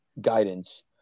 guidance